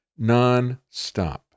nonstop